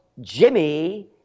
Jimmy